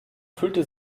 fühlte